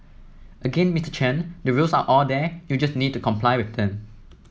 again Mister Chen the rules are all there you just need to comply with them